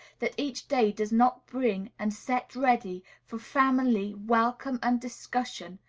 that each day does not bring and set ready, for family welcome and discussion,